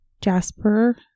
Jasper